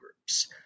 groups